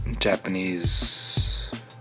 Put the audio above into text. Japanese